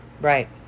Right